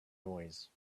noise